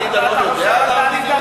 מה אתה חושב על דני דנון?